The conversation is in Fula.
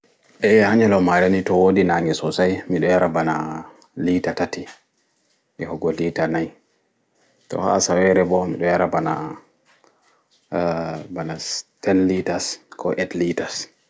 Eeh ha nyalomaare ne to woɗi naange sosai miɗo yara ɓana lita tati sa'I go ɓo lita nai ha asawere ɓo miɗo yara ten litas ko eight litres